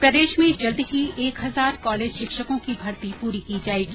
प्रदेश में जल्द ही एक हजार कॉलेज शिक्षकों की भर्ती पूरी की जायेगी